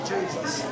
Jesus